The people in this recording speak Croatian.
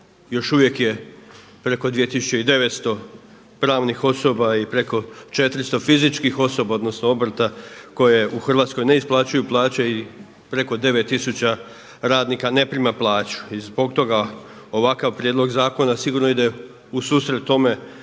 još uvijek je preko 2900 pravnih osoba i preko 400 fizičkih osoba odnosno obrta koje u Hrvatskoj ne isplaćuju plaće i preko 9000 radnika ne prima plaću. I zbog toga ovakav prijedlog zakona sigurno ide u susret tome